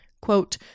quote